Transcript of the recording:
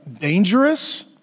dangerous